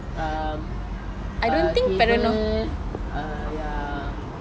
um uh cable uh ya